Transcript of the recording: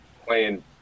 playing